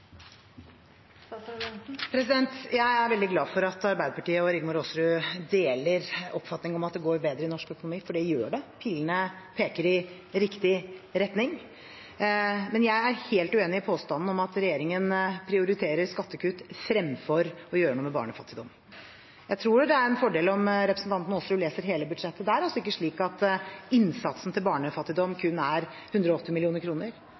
Jeg er veldig glad for at Arbeiderpartiet og Rigmor Aasrud deler oppfatningen om at det går bedre i norsk økonomi, for det gjør det – pilene peker i riktig retning. Men jeg er helt uenig i påstanden om at regjeringen prioriterer skattekutt fremfor å gjøre noe med barnefattigdom. Jeg tror det er en fordel om representanten Aasrud leser hele budsjettet. Det er ikke slik at innsatsen til barnefattigdom kun er på 180